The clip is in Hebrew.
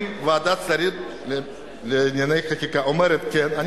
אם ועדת שרים לענייני חקיקה אומרת כן,